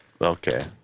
Okay